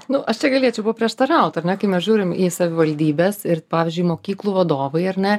nu aš čia galėčiau paprieštaraut ar ne kai mes žiūrim į savivaldybes ir pavyzdžiui mokyklų vadovai ar ne